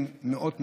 מאות מיליונים,